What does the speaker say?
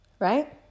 right